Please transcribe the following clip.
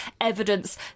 evidence